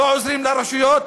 לא עוזרים לרשויות,